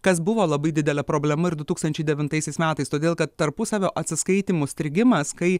kas buvo labai didelė problema ir du tūkstančiai devintaisiais metais todėl kad tarpusavio atsiskaitymų strigimas kai